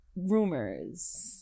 rumors